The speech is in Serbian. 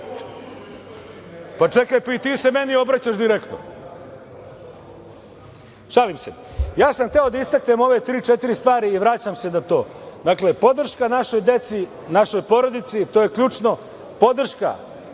Čekaj i ti se meni obraćaš direktno. Šalim se. Ja sam hteo da istaknem ove tri, četiri stvari i vraćam se na to. Dakle, podrška našoj deci, našoj porodici i podrška